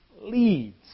leads